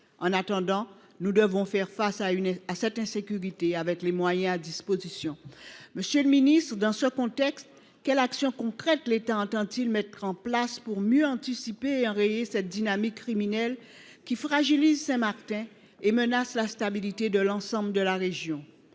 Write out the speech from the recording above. En attendant, nous devons faire face à cette insécurité avec les moyens dont nous disposons. Monsieur le ministre, dans ce contexte, quelles actions concrètes l’État entend il mettre en place pour mieux anticiper et enrayer cette dynamique criminelle, qui fragilise Saint Martin et menace la stabilité de l’ensemble de la région ?